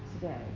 today